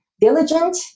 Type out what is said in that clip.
diligent